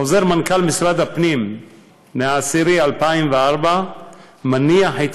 חוזר מנכ"ל משרד הפנים מאוקטובר 2004 מניח את